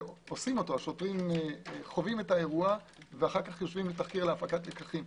ושוטרים חווים את האירוע ויושבים אחר כך להפקת לקחים.